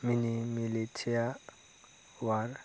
मिनि मिलिटिया अवार